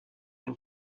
une